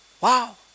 wow